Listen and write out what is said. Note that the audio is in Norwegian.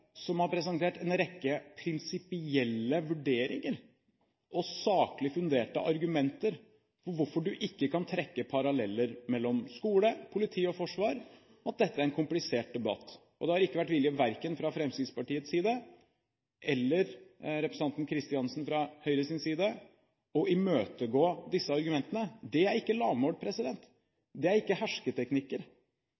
som har presentert en rekke prinsipielle vurderinger og saklig funderte argumenter for hvorfor man ikke kan trekke paralleller mellom skole, politi og forsvar. Dette er en komplisert debatt. Det har ikke vært vilje til, verken fra Fremskrittspartiet eller representanten Kristiansen fra Høyre, å imøtegå disse argumentene. Det er ikke lavmål.